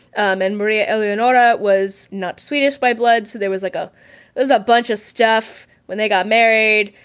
um and maria eleonora was not swedish by blood so there was like a there was a bunch of stuff when they got married,